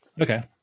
Okay